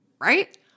Right